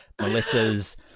Melissa's